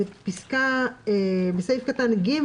בתקנת משנה (ג),